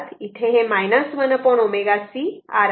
इथे हे 1 ω c R आहे